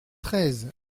treize